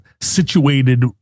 situated